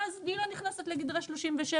ואז היא לא נכנסת לגדרי 37,